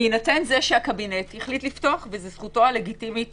בהינתן זה שהקבינט החליט לפתוח - וזו זכותו הלגיטימית